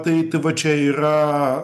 tai tai va čia yra